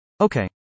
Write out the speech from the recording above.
Okay